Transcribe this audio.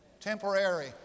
Temporary